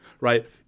right